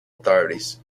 authorities